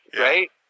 Right